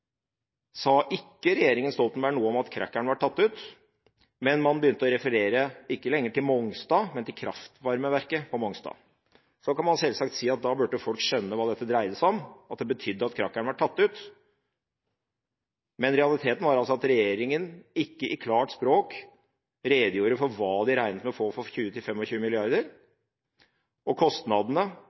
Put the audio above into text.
sa ikke regjeringen Stoltenberg noe om at crackeren var tatt ut, men man begynte å referere ikke lenger til Mongstad, men til kraftvarmeverket på Mongstad. Så kan man selvsagt si at da burde folk skjønne hva dette dreide seg om, at det betydde at crackeren var tatt ut, men realiteten var altså at regjeringen ikke – i klart språk – redegjorde for hva de regnet med å få for 20–25 mrd. kr. Kostnadene, og